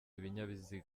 ibinyabiziga